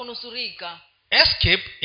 Escape